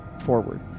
forward